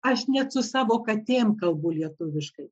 aš net su savo katėm kalbu lietuviškai